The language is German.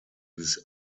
bis